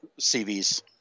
CVs